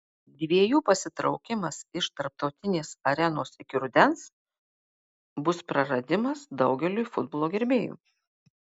dviejų pasitraukimas iš tarptautinės arenos iki rudens bus praradimas daugeliui futbolo gerbėjų